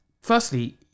Firstly